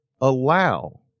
allow